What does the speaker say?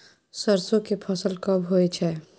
सरसो के फसल कब होय छै?